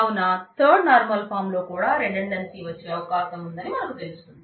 కావున third normal form వచ్చే అవకాశం ఉందని మనకు తెలుస్తుంది